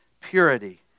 purity